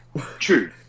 True